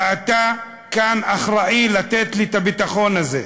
ואתה כאן אחראי לתת לי את הביטחון הזה.